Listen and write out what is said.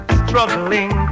struggling